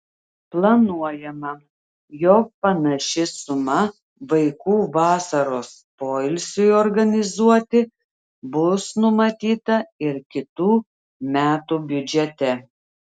planuojama jog panaši suma vaikų vasaros poilsiui organizuoti bus numatyta ir kitų metų biudžete